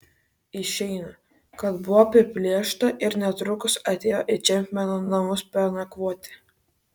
išeina kad buvo apiplėšta ir netrukus atėjo į čepmeno namus pernakvoti